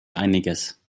einiges